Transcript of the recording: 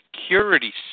security